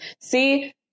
see